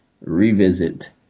revisit